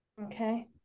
Okay